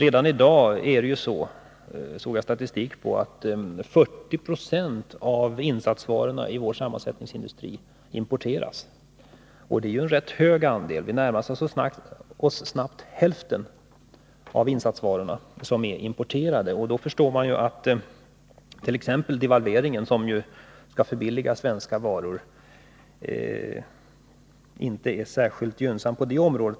Enligt statistiken importeras redan i dag 40 20 av insatsvarorna i vår sammansättningsindustri, och det är en rätt hög andel. Vi närmar oss snabbt den nivå där hälften av insatsvarorna är importerade. Man förstår då att devalveringen, som skall förbilliga svenska varor, inte är särskilt gynnsam på detta område.